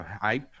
hype